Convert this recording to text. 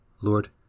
Lord